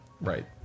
Right